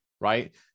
right